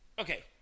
Okay